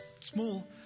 small